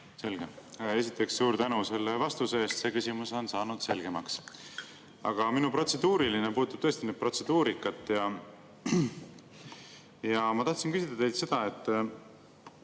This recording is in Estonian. Selge. Esiteks suur tänu vastuse eest! See küsimus on saanud selgemaks. Aga minu protseduuriline puudutab tõesti protseduurikat. Ma tahtsin küsida teilt seda: